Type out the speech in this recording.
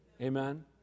Amen